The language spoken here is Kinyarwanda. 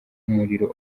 umuriro